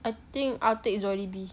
I think I'll take Jollibee